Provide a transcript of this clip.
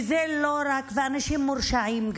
וגם אנשים מורשעים.